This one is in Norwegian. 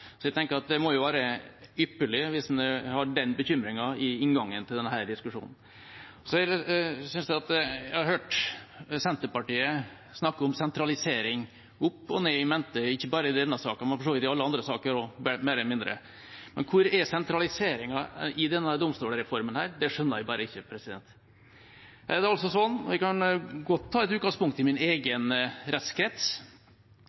Jeg tenker at det må være ypperlig hvis man har den bekymringen i inngangen til denne diskusjonen. Jeg har hørt Senterpartiet snakke om sentralisering opp og ned og i mente – ikke bare i denne saken, men for så vidt i alle andre saker også, mer eller mindre. Men hvor er sentraliseringen i denne domstolsreformen? Det skjønner jeg bare ikke. Jeg kan godt ta utgangspunkt i min egen rettskrets. Når det gjelder forslagene som ligger her, antar jeg at